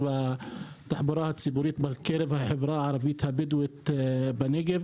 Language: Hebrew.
והתחבורה הציבורית בקרב החברה הערבית-בדואית בנגב.